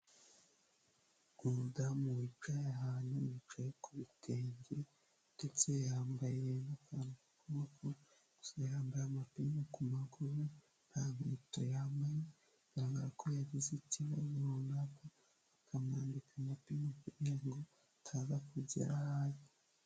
Umudamu wicaye ahantu yicaye ku bitenge ndetse yambaye n'akantu ku kuboko. Gusa yambaye amapingu ku maguru, nta nkweto yambaye bigaragara ko yagize ikibazo runaka bakamwambika amapingu ngo ataza kugira aho ajya.